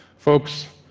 folks,